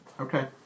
Okay